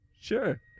sure